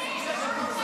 שמית.